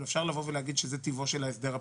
אפשר להגיד שזה טיבו של ההסדר הפריטטי,